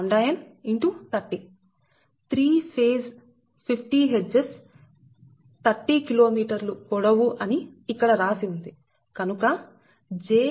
3 phase 50 Hz 30 కిలో మీటర్లు పొడవు అని ఇక్కడ రాసి ఉంది కనుక j2𝜋 x 50